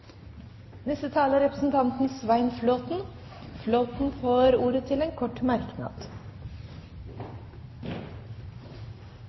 Representanten Svein Flåtten får ordet til en kort merknad,